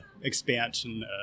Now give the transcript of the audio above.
expansion